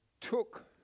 took